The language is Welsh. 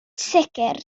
sicr